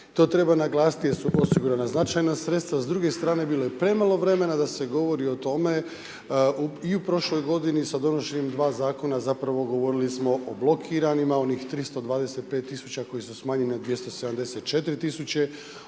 to treba naglasiti jer su osigurana značajna sredstva. S druge strane, bilo je premalo vremena da se govori o tome i u prošloj godini sa donošenjem dva Zakona, zapravo, govorili smo o blokiranima, onih 325 000 koji su smanjeni na 274 000,